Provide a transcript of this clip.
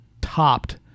topped